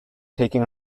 taking